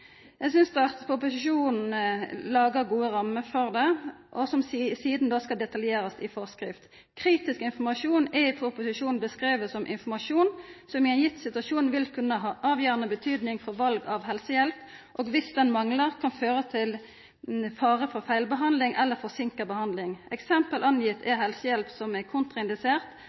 Eg synest at proposisjonen lagar gode rammer for det som sidan i detalj skal skrivast inn i forskrift. Kritisk informasjon er i proposisjonen beskriven som informasjon som i ein gitt situasjon vil kunna ha avgjerande betydning for val av helsehjelp, og om slik manglar, kan det føra til fare for feilbehandling eller forseinka behandling. Eksempel er helsehjelp som er